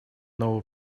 нового